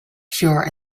pure